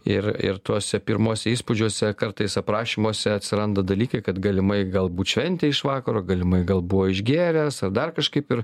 ir ir tuose pirmuose įspūdžiuose kartais aprašymuose atsiranda dalykai kad galimai galbūt šventė iš vakaro galimai gal buvo išgėręs ar dar kažkaip ir